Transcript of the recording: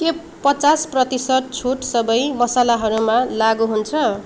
के पचास प्रतिसत छुट सबै मसलाहरूमा लागु हुन्छ